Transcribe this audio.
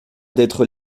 d’être